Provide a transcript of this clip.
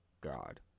God